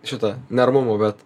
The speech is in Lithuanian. šitą neramumą bet